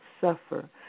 suffer